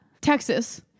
texas